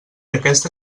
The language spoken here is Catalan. aquesta